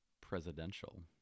presidential